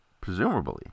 presumably